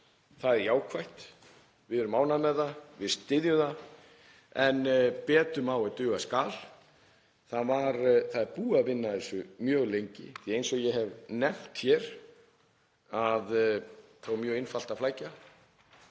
er jákvætt. Við erum ánægð með það, við styðjum það en betur má ef duga skal. Það er búið að vinna að þessu mjög lengi því að eins og ég hef nefnt hér þá er mjög einfalt að flækja